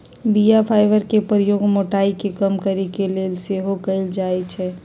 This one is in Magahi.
बीया फाइबर के प्रयोग मोटाइ के कम करे के लेल सेहो कएल जाइ छइ